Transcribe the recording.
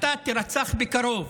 אתה תירצח בקרוב,